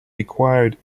required